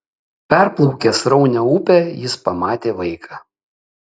perplaukęs sraunią upę jis pamatė vaiką